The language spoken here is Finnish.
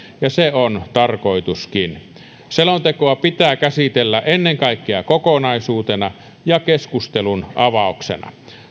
ja se on tarkoituskin selontekoa pitää käsitellä ennen kaikkea kokonaisuutena ja keskustelunavauksena